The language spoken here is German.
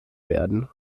werden